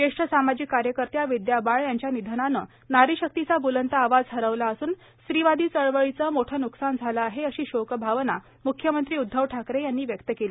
ज्येष्ठ सामाजिक कार्यकर्त्या विद्या बाळ यांच्या निधनाने नारीशक्तीचा बुलंद आवाज हरवला असून स्त्रीवादी चळवळीचे मोठे नुकसान झाले आहे अशी शोकभावना मुख्यमंत्री उद्दव ठाकरे यांनी व्यक्त केली